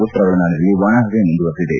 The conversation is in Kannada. ಉತ್ತರ ಒಳನಾಡಿನಲ್ಲಿ ಒಣಪವೆ ಮುಂದುವರಿದಿದೆ